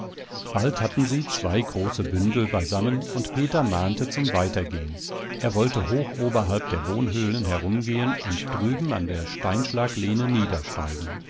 bald hatten sie zwei große bündel beisammen und peter mahnte zum weitergehen er wollte hoch oberhalb der wohnhöhlen herumgehen und drüben an der steinschlaglehne